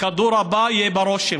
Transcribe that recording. הכדור הבא יהיה בראש שלך,